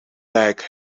airbag